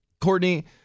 Courtney